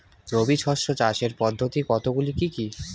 রবি শস্য চাষের পদ্ধতি কতগুলি কি কি?